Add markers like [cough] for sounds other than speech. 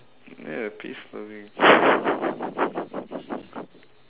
ya peace loving [breath]